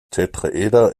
tetraeder